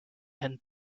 and